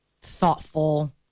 thoughtful